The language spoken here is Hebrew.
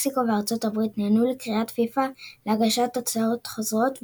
מקסיקו וארצות הברית נענו לקריאת פיפ"א להגשת הצעות חוזרות,